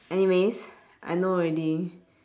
anyways I know already